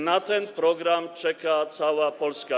Na ten program czeka cała Polska.